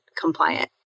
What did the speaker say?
compliant